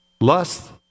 Lust